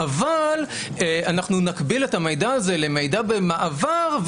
אבל אנחנו נקביל את המידע הזה למידע במעבר,